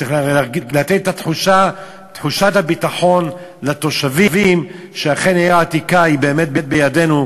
צריך לתת את תחושת הביטחון לתושבים שאכן העיר העתיקה היא באמת בידינו.